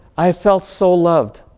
i felt so loved.